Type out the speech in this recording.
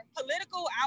political